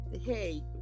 hey